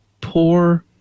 poor